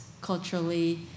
culturally